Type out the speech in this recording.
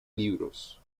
libros